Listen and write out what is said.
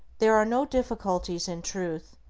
there are no difficulties in truth,